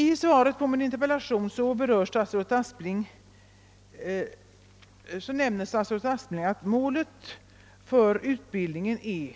I svaret på min interpellation nämner statsrådet Aspling att målet för utbildningen är